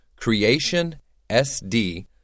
CreationSD